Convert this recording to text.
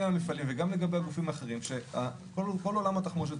המפעלים וגם לגבי הגופים האחרים שכל עולם התחמושת,